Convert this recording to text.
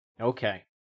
Okay